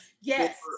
yes